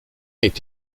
est